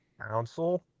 Council